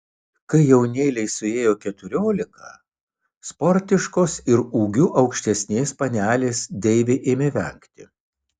kai jaunėlei suėjo keturiolika sportiškos ir ūgiu aukštesnės panelės deivė ėmė vengti